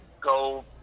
go